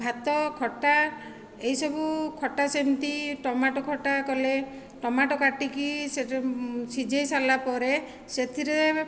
ଭାତ ଖଟା ଏହିସବୁ ଖଟା ସେମିତି ଟମାଟୋ ଖଟା କଲେ ଟମାଟୋ କାଟିକି ଶିଝେଇ ସରିଲା ପରେ ସେଥିରେ